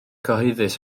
cyhoeddus